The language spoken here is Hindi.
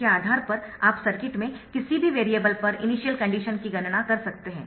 इसके आधार पर आप सर्किट में किसी भी वेरिएबल पर इनिशियल कंडीशन की गणना कर सकते है